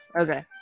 Okay